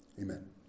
amen